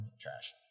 Trash